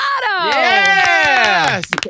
Yes